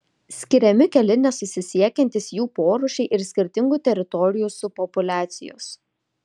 skiriami keli nesusisiekiantys jų porūšiai ir skirtingų teritorijų subpopuliacijos